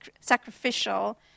sacrificial